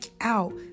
out